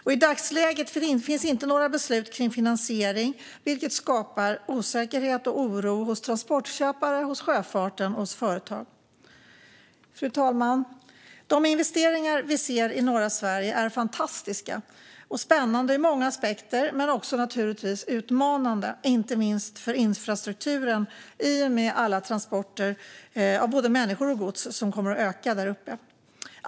I dagsläget finns det inte några beslut om finansiering, vilket skapar osäkerhet och oro hos transportköpare, hos sjöfarten och hos företag. Fru talman! De investeringar vi ser i norra Sverige är fantastiska och spännande ur många aspekter, men de är naturligtvis också utmanande, inte minst för infrastrukturen, i och med att mängden transporter av både människor och gods kommer att öka där uppe.